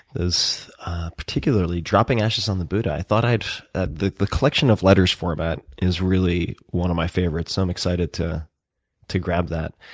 particularly dropping ashes on the buddha. i thought i had ah the the collection of letters format is really one of my favorites, so i'm excited to to grab that.